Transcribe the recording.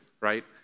right